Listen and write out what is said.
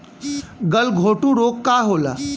गलघोटू रोग का होला?